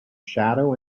shadow